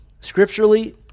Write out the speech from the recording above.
scripturally